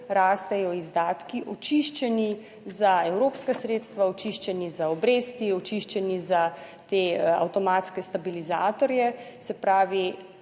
rastejo izdatki očiščeni za evropska sredstva, očiščeni za obresti, očiščeni za te avtomatske stabilizatorje, se pravi,